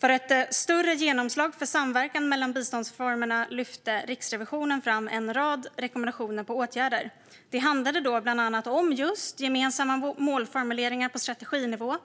För ett större genomslag för samverkan mellan biståndsformerna lyfte Riksrevisionen fram en rad rekommendationer på åtgärder. Det handlade då bland annat om just gemensamma målformuleringar på strateginivå.